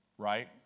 right